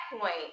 point